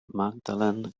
magdalen